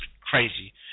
crazy